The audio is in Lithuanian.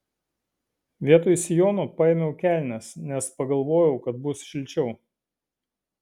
vietoj sijono paėmiau kelnes nes pagalvojau kad bus šilčiau